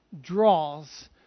draws